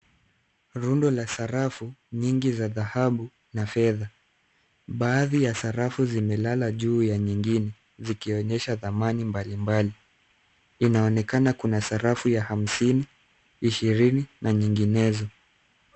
Rundo la sarafu nyingi za dhahabu na fedha. Baadhi ya sarafu zimelala juu ya nyingine zikionyesha dhamani mbali mbali. Inaonekana kuna sarafu ya hamsini, ishirini na nyinginezo.